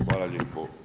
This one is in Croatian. Hvala lijepo.